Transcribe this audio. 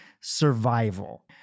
survival